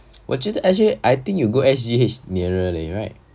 我觉得 actually I think you go S_G_H nearer leh right